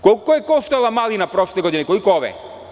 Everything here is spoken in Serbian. Koliko je koštala malina prošle godine, a koliko ove?